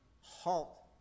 halt